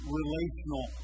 relational